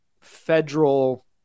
federal